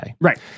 Right